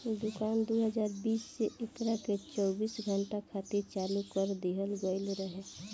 दुकान दू हज़ार बीस से एकरा के चौबीस घंटा खातिर चालू कर दीहल गईल रहे